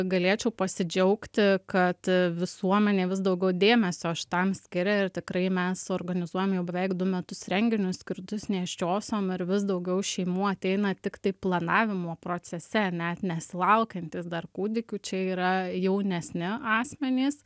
galėčiau pasidžiaugti kad visuomenė vis daugiau dėmesio šitam skiria ir tikrai mes organizuojam jau beveik du metus renginius skirtus nėščiosiom ir vis daugiau šeimų ateina tiktai planavimo procese net nesilaukiantys dar kūdikių čia yra jaunesni asmenys